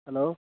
hello